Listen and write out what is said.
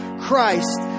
Christ